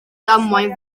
damwain